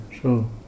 Sure